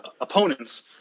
opponents